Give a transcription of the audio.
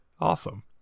Awesome